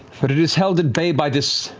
but it is held at bay by this